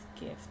gift